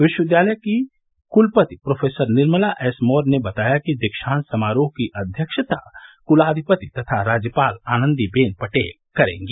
विश्वविद्यालय की कुलपति प्रोफेसर निर्मला एस मौर्य ने बताया कि दीक्षात समारोह की अध्यक्षता कुलाधिपति तथा राज्यपाल आनंदी बेन पटेल करेंगी